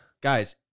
guys